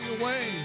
away